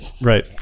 right